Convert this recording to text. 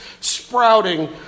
sprouting